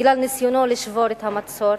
בגלל ניסיונו לשבור את המצור,